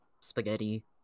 spaghetti